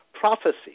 prophecy